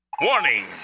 Warning